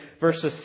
verses